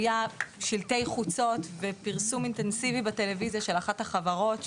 היו שלטי חוצות ופרסום אינטנסיבי בטלוויזיה של אחת החברות,